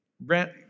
Brent